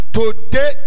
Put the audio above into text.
today